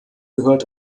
gehört